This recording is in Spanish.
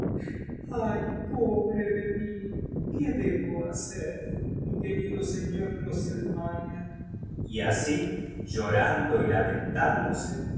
ay pobre de mil qué deho hacer mi querido señor drosselmayerf a ij y as llorando y lamentándose